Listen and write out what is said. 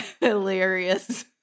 hilarious